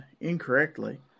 incorrectly